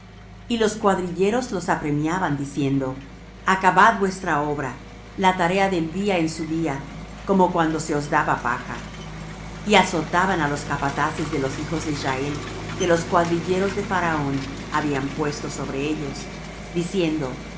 y los cuadrilleros los apremiaban diciendo acabad vuestra obra la tarea del día en su día como cuando se os daba paja y azotaban á los capataces de los hijos de israel que los cuadrilleros de faraón habían puesto sobre ellos diciendo